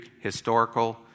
historical